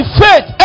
faith